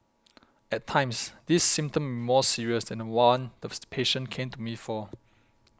at times this symptom more serious than the one the patient came to me for